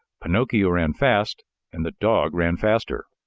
pinocchio ran fast and the dog ran faster.